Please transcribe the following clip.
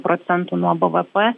procentų nuo bvp